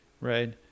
right